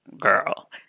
Girl